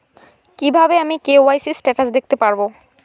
কিভাবে আমি KYC status দেখতে পারবো?